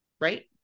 right